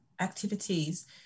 activities